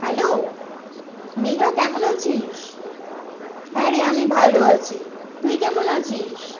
hello Megha কেমন আছিস হ্যাঁ রে আমি ভালো আছি তুই কেমন আছিস